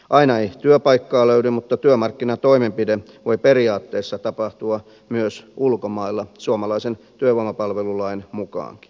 aina ei työpaikkaa löydy mutta työmarkkinatoimenpide voi periaatteessa tapahtua myös ulkomailla suomalaisen työvoimapalvelulain mukaankin